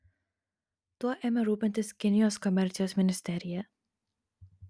tuo ėmė rūpintis kinijos komercijos ministerija